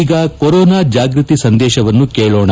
ಈಗ ಕೊರೋನಾ ಜಾಗೃತಿ ಸಂದೇಶವನ್ನು ಕೇಳೋಣ